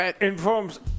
informs